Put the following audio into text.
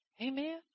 Amen